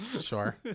Sure